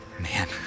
Man